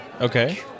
okay